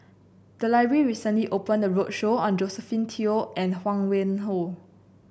the library recently opended a roadshow on Josephine Teo and Huang Wenhong